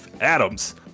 Adams